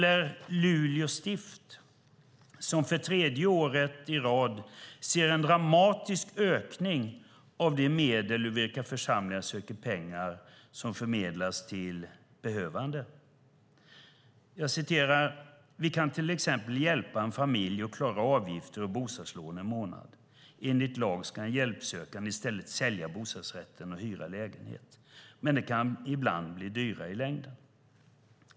I Luleå stift ser man för tredje året i rad en dramatisk ökning av de medel ur vilka församlingar söker pengar som förmedlas till behövande. Man säger: "Vi kan till exempel hjälpa en familj att klara avgifter och bostadslån en månad. Enligt lag ska en hjälpsökande i stället sälja bostadsrätten och hyra lägenhet. Men det kan ibland bli dyrare i längden."